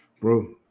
bro